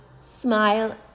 smile